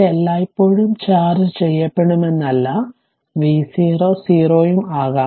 ഇത് എല്ലായ്പ്പോഴും ചാർജ് ചെയ്യപ്പെടുമെന്നല്ല v0 0 ഉം ആകാം